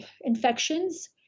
infections